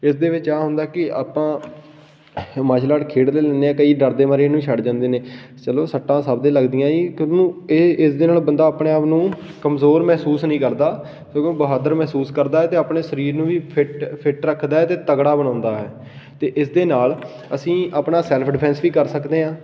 ਇਸਦੇ ਵਿੱਚ ਆਹ ਹੁੰਦਾ ਕਿ ਆਪਾਂ ਮਾਰਸ਼ਲ ਆਰਟ ਖੇਡ ਤਾਂ ਲੈਂਦੇ ਹਾਂ ਕਈ ਡਰ ਦੇ ਮਾਰੇ ਇਹਨੂੰ ਛੱਡ ਜਾਂਦੇ ਨੇ ਚਲੋ ਸੱਟਾਂ ਸਭ ਦੇ ਲੱਗਦੀਆਂ ਜੀ ਕਿਉਂਕਿ ਉਹ ਇਹ ਇਸ ਦੇ ਨਾਲ ਬੰਦਾ ਆਪਣੇ ਆਪ ਨੂੰ ਕਮਜ਼ੋਰ ਮਹਿਸੂਸ ਨਹੀਂ ਕਰਦਾ ਸਗੋਂ ਬਹਾਦਰ ਮਹਿਸੂਸ ਕਰਦਾ ਹੈ ਅਤੇ ਆਪਣੇ ਸਰੀਰ ਨੂੰ ਵੀ ਫਿਟ ਫਿਟ ਰੱਖਦਾ ਹੈ ਅਤੇ ਤਗੜਾ ਬਣਾਉਂਦਾ ਹੈ ਅਤੇ ਇਸ ਦੇ ਨਾਲ ਅਸੀਂ ਆਪਣਾ ਸੈਲਫ ਡਿਫੈਂਸ ਵੀ ਕਰ ਸਕਦੇ ਹਾਂ